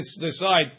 decide